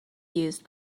used